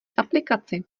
aplikaci